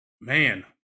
man